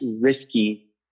risky